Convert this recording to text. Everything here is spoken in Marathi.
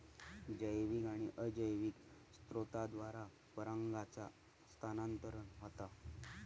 जैविक आणि अजैविक स्त्रोतांद्वारा परागांचा स्थानांतरण होता